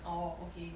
orh ok